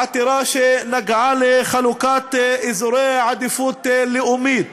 עתירה שנגעה בחלוקת אזורי עדיפות לאומית,